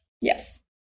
Yes